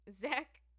Zach